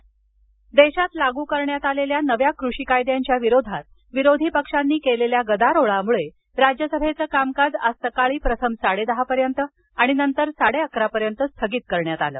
राज्यसभा देशात लागू करण्यात आलेल्या नव्या कृषी कायद्यांच्या विरोधात विरोधी पक्षांनी केलेल्या गदारोळामुळे राज्यसभेचं कामकाज आज सकाळी प्रथम साडेदहापर्यंत आणि नंतर साडेअकरापर्यंत स्थगित करण्यात आलं